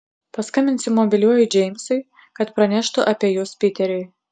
paskambinsiu mobiliuoju džeimsui kad praneštų apie jus piteriui